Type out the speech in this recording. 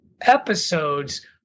episodes